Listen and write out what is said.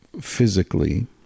physically